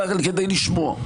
אלא כדי לשמוע.